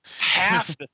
Half